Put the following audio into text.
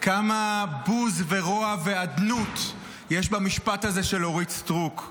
כמה בוז ורוע ואדנות יש במשפט הזה של אורית סטרוק.